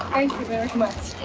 thank you very much.